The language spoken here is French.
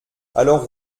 alors